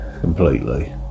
completely